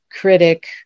critic